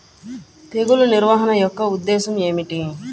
తెగులు నిర్వహణ యొక్క ఉద్దేశం ఏమిటి?